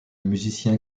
musicien